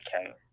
Okay